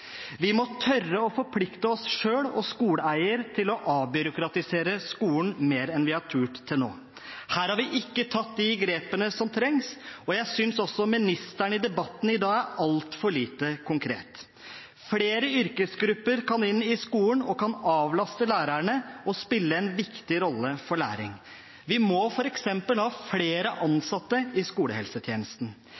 Vi må tørre å forplikte oss selv og skoleeier til å avbyråkratisere skolen mer enn vi har turt til nå. Her har vi ikke tatt de grepene som trengs, og jeg synes også ministeren i debatten i dag er altfor lite konkret. Flere yrkesgrupper inn i skolen kan avlaste lærerne og spille en viktig rolle for læring. Vi må f.eks. ha flere